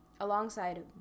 Alongside